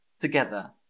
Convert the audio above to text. together